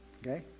Okay